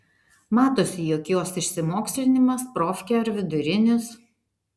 matosi jog jos išsimokslinimas profkė ar vidurinis